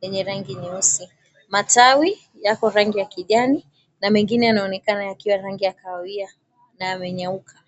zenye rangi nyeusi. Matawi yako rangi ya kijani na mengine yanaonekana yakiwa rangi ya kahawia na yamenyauka.